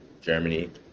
germany